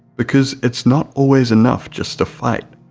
because it's not always enough just to fight,